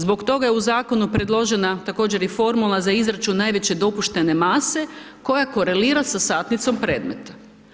Zbog toga je u zakonu predložena također i formula za izračun najveće dopuštene mase koja korelira sa satnicom predmeta.